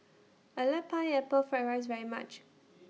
I like Pineapple Fried Rice very much